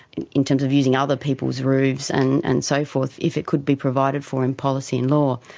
in in terms of using other people's roofs and and so forth, if it could be provided for in policy and law.